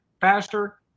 faster